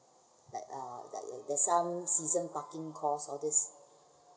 like uh like like some season parking cost all these